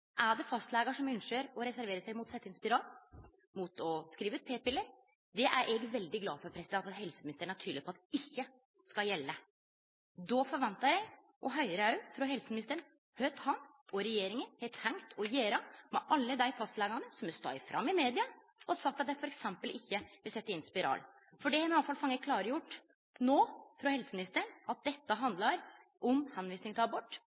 er det fastlegar som ønskjer å reservere seg mot å setje inn spiral eller mot å skrive ut p-piller. Det er eg veldig glad for at helseministeren er tydeleg på at ikkje skal gjelde. Då forventar eg òg å høyre frå helseministeren kva han og regjeringa har tenkt å gjere med alle dei fastlegane som har stått fram i media og sagt at dei f. eks. ikkje vil setje inn spiral. For no har vi iallfall fått klargjort frå helseministeren at dette handlar om tilvising til abort.